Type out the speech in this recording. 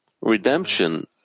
Redemption